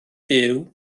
byw